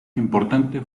importante